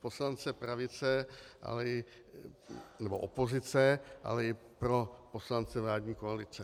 poslance pravice, nebo opozice, ale i pro poslance vládní koalice.